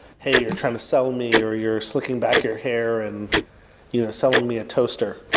hey, you're trying to sell me or you're slicking back your hair and you know selling me a toaster.